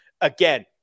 again